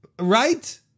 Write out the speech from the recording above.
Right